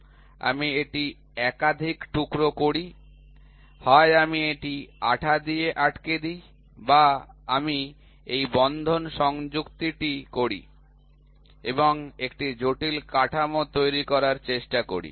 আমি এটি একাধিক টুকরো করি হয় আমি এটি আঠা দিয়ে আটকে দেই বা আমি এই বন্ধন সংযুক্তিটি করি এবং একটি জটিল কাঠামো তৈরির চেষ্টা করি